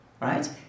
right